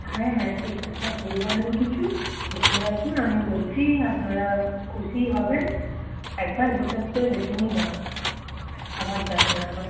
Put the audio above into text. হ্যাঁ হ্যাঁ ঠিক আছে অসুবিধা নেই কিছু ঘুরে আসুন আমি বলছি আপনারা খুশিই হবেন একবার বিশ্বাস করে দেখুনই না আবার যাবেন না হয়